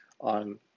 on